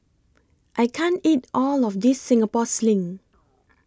I can't eat All of This Singapore Sling